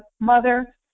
mother